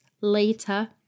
Later